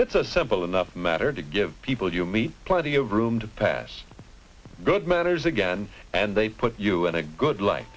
it's a simple enough matter to give people you meet plenty of room to pass good manners again and they put you in a good li